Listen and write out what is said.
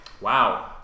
Wow